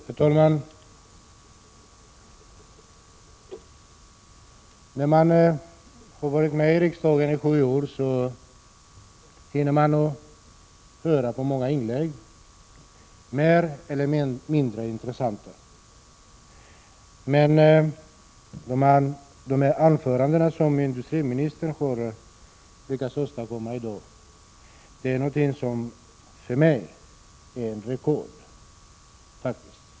Herr talman! När man har varit med i riksdagen i sju år har man hunnit höra många inlägg, mer eller mindre intressanta. De anföranden som industriministern har lyckats åstadkomma i dag är för mig ett rekord.